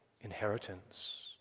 inheritance